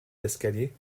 l’escalier